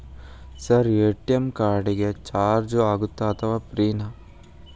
Sir ATM card ಗೆ charge ಆಗುತ್ತಾ ಅಥವಾ ಫ್ರೇ ನಾ?